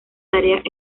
tareas